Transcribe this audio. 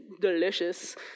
delicious